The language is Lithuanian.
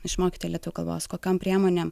išmokyti lietuvių kalbos kokiom priemonėm